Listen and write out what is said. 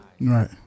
Right